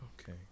okay